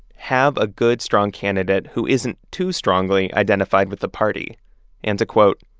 have a good, strong candidate who isn't too strongly identified with the party and to, quote,